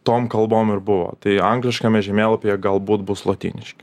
tom kalbom ir buvo tai angliškame žemėlapyje galbūt bus lotyniški